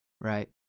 right